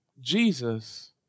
Jesus